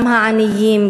גם העניים,